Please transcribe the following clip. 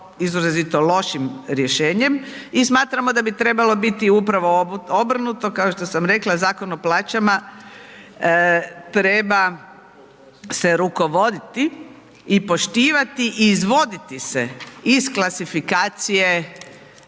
izrazito lošim rješenjem i smatramo da bi trebalo biti upravo obrnuto kao što sam rekla Zakon o plaćama treba se rukovoditi i poštivati i izvoditi se iz klasifikacije